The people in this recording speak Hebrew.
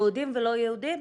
יהודים ולא יהודים?